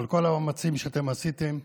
על כל המאמצים שאתם עשיתם.